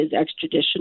extradition